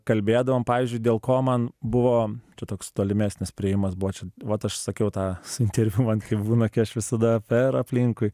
kalbėdavom pavyzdžiui dėl ko man buvo čia toks tolimesnis priėjimas buvo čia vat aš sakiau tą interviu man kai būna kai aš visada per aplinkui